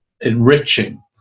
enriching